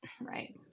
Right